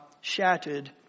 shattered